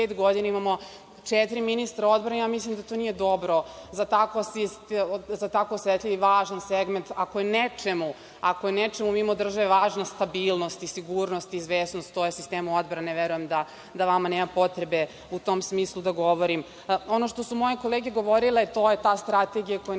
godina imamo četiri ministra odbrane. Mislim da to nije dobro za tako osetljiv i važan segment. Ako je nečemu mimo države važna stabilnost i sigurnost i izvesnost, to je u sistemu odbrane. Verujem da vama nema potrebe u tom smislu da govorim. Ono što su moje kolege govorile, to je ta strategija koja